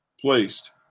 placed